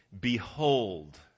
Behold